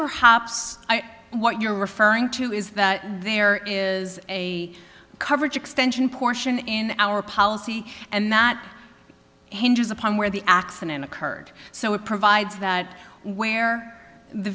perhaps what you're referring to is that there is a coverage extension portion in our policy and not hinges upon where the accident occurred so it provides that where the